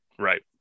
right